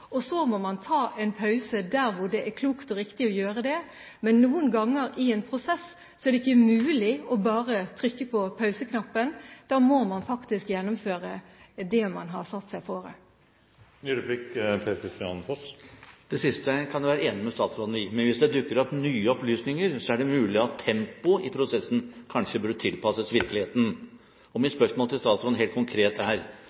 og så må man ta en pause der hvor det er klokt og riktig å gjøre det. Men noen ganger i en prosess er det ikke mulig bare å trykke på pauseknappen. Da må man faktisk gjennomføre det man har satt seg fore. Det siste kan jeg være enig med statsråden i. Men hvis det dukker opp nye opplysninger, er det mulig at tempoet i prosessen kanskje burde tilpasses virkeligheten. Mitt spørsmål til statsråden er